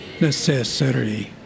necessary